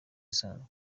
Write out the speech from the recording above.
isanzwe